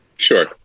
Sure